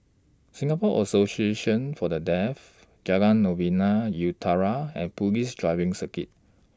Singapore Association For The Deaf Jalan Novena Utara and Police Driving Circuit